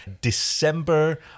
December